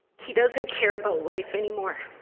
he doesn't care about life any more.